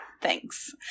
thanks